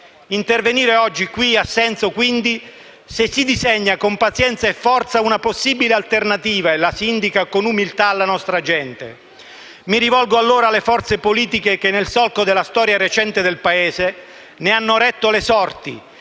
Intervenire oggi, in questa sede, ha senso quindi se si disegna con pazienza e forza una possibile alternativa e la si indica con umiltà alla nostra gente . Mi rivolgo allora alle forze politiche, che nel solco della storia recente del Paese ne hanno retto le sorti,